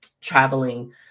traveling